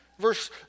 Verse